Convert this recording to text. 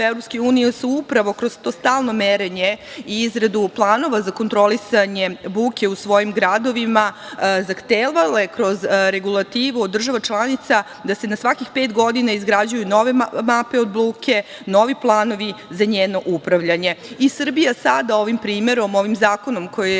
EU su upravo kroz to stalno merenje i izradu planova za kontrolisanje buke u svojim gradovima zahtevale kroz regulativu država članica da se na svakih pet godina izgrađuju nove mape od buke, novi planovi za njeno upravljanje. Srbija sada ovim primerom, ovim zakonom koji